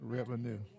revenue